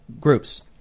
groups